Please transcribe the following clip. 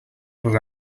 rere